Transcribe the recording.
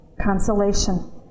consolation